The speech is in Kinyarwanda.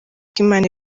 imana